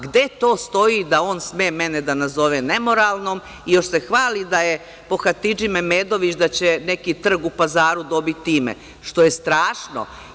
Gde to stoji da on sme mene da nazove nemoralnom i još se hvali da će po Hatidži Mehmedović neki trg u Pazaru dobiti ime, što je strašno.